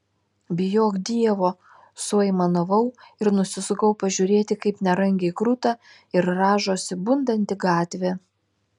bijok dievo suaimanavau ir nusisukau pažiūrėti kaip nerangiai kruta ir rąžosi bundanti gatvė